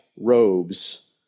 robes